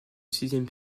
sixième